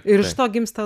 ir iš to gimsta